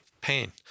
pain